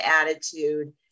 attitude